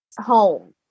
home